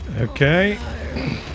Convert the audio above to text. Okay